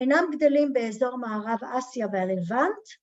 ‫אינם גדלים באזור מערב אסיה והלבנט.